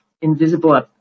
Invisible